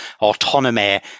autonomy